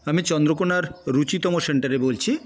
আমি চন্দ্রকোনার রুচিতম সেন্টারে বলছি